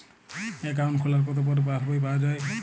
Account খোলার কতো পরে পাস বই পাওয়া য়ায়?